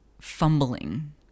fumbling